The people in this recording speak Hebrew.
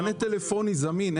מענה טלפוני זמין.